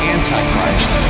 Antichrist